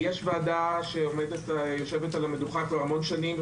יש ועדה שיושבת על המדוכה כבר הרבה מאוד שנים.